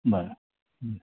बरें